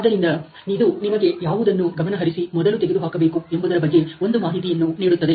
ಆದ್ದರಿಂದ ಇದು ನಿಮಗೆ ಯಾವುದನ್ನು ಗಮನಹರಿಸಿ ಮೊದಲು ತೆಗೆದುಹಾಕಬೇಕು ಎಂಬುದರ ಬಗ್ಗೆ ಒಂದು ಮಾಹಿತಿಯನ್ನು ನೀಡುತ್ತದೆ